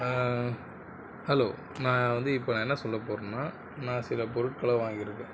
hello நான் வந்து இப்போ என்ன சொல்ல போகிறேனா நான் சில பொருட்களை வாங்கியிருக்கேன்